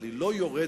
אבל היא לא יורדת